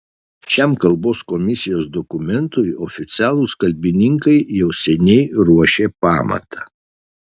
šiam kalbos komisijos dokumentui oficialūs kalbininkai jau seniai ruošė pamatą